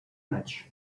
match